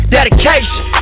Dedication